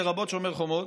לרבות שומר חומות,